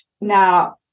Now